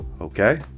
Okay